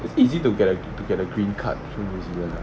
it's easy to get a to get a green card from new zealand ah